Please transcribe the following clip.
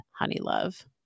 Honeylove